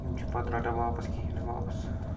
یِم چھِ پَتہٕ رَٹان واپَس کِہیٖنۍ نہٕ واپَس